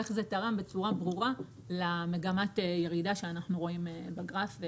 איך זה תרם בצורה ברורה למגמת הירידה שאנחנו רואים בגרף,